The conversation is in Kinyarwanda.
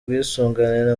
bwisungane